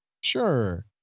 Sure